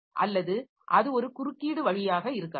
அல்லது அது ஒரு குறுக்கீடு வழியாக இருக்கலாம்